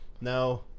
No